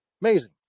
Amazing